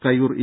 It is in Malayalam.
കയ്യൂർ ഇ